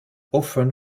often